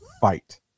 fight